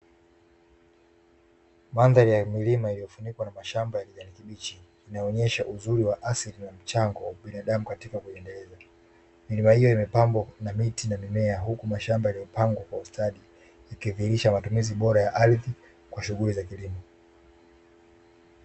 Mandhari ya milima iliyofunikwa na mashamba ya kijani kibichi, inaonesha uzuri wa asili na mchango wa binadamu katika kuiendeleza. Milima hiyo imepambwa na miti na mimea huku mashamba yaliyopangwa kwa ustadi, yakidihirisha matumizi bora ya ardhi kwa shughuli za kilimo.